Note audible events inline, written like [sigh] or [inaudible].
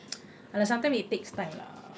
[noise] !alah! sometimes it takes time lah